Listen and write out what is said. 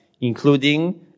including